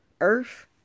earth